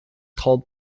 called